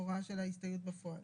בהוראה של ההסתייעות בפועל.